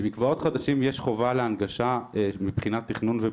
במקוואות חדשים יש חובה להנגשה מבחינת תכנון ובנייה.